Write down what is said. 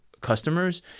customers